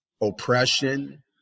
oppression